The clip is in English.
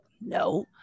no